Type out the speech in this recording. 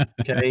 okay